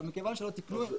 אבל לא תיקנו תקנות.